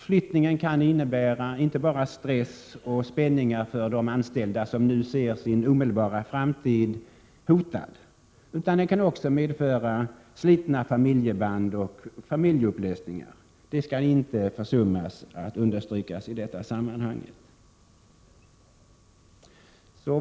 Flyttningen kan innebära inte bara stress och spänningar för de anställda som nu ser sin omedelbara framtid hotad, utan den kan också medföra slitna familjeband och upplösta familjer. Det skall inte försummas att understrykas i detta sammanhang.